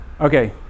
Okay